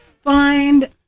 Find